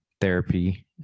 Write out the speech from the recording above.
therapy